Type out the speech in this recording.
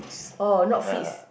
oh not fit